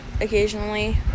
occasionally